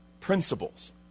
Principles